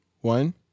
one